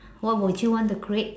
what would you want to create